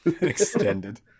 extended